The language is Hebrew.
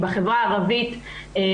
תקשיבו להם,